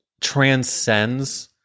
transcends